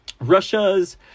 Russia's